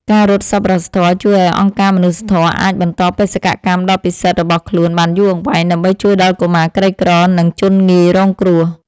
ការរត់សប្បុរសធម៌ជួយឱ្យអង្គការមនុស្សធម៌អាចបន្តបេសកកម្មដ៏ពិសិដ្ឋរបស់ខ្លួនបានយូរអង្វែង ដើម្បីជួយដល់កុមារក្រីក្រ និងជនងាយរងគ្រោះ។